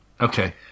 okay